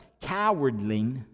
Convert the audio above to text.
cowardly